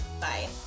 Bye